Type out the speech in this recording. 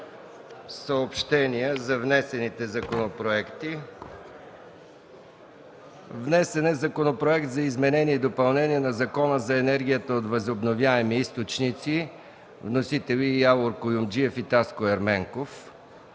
програма – съобщения за внесените законопроекти. Внесен е Законопроект за изменение и допълнение на Закона за енергията от възобновяеми източници. Вносители: Явор Куюмджиев и Таско Ерменков.